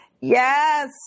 Yes